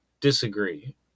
disagree